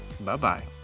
Bye-bye